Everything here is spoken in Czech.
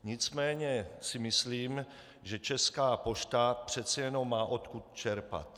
Nicméně si myslím, že Česká pošta přece jenom má odkud čerpat.